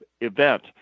event